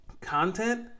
content